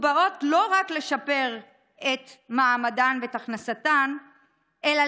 ובאות לא רק לשפר את מעמדן והכנסתן אלא